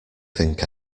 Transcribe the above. think